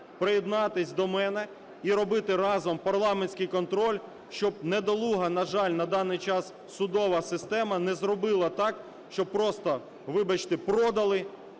приєднатися до мене і робити разом парламентський контроль, щоб недолуга, на жаль, на даний час судова система не зробила так, щоб просто, вибачте, продали